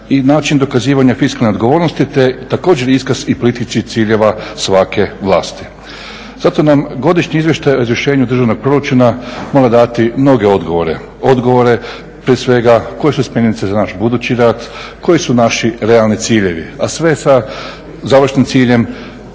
i način dokazivanja fiskalne odgovornosti, te također iskaz i političkih ciljeva svake vlasti. Zato nam Godišnji izvještaj o izvršenju državnog proračuna mora dati mnoge odgovore, odgovore prije svega koje su smjernice za naš budući rad, koji su naši realni ciljevi, a sve sa završnim ciljem